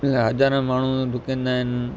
हज़ारे माण्हू डुकंदा आहिनि